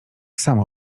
samo